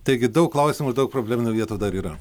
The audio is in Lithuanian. taigi daug klausimų daug probleminių vietų dar yra